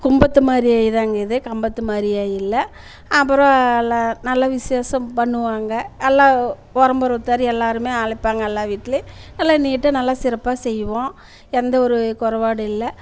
கும்பத்து மாரி இதாங்க இது கம்பத்து மாரியா இல்லை அப்புறம் ல நல்ல விசேஷம் பண்ணுவாங்க நல்லா ஒரம்பரவுத்தாற் எல்லோருமே அழைப்பாங்க எல்லார் வீட்டிலையும் நல்லா நீட்டா நல்லா சிறப்பாக செய்வோம் எந்த ஒரு குறைப்பாடு இல்லை